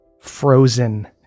frozen